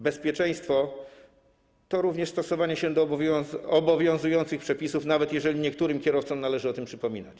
Bezpieczeństwo to również stosowanie się do obowiązujących przepisów, nawet jeżeli niektórym kierowcom należy o tym przypominać.